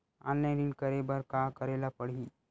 Online ऋण करे बर का करे ल पड़हि?